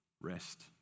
rest